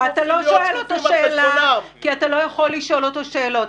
אתה לא שואל אותו שאלה כי אתה לא יכול לשאול אותו שאלות.